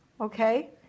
okay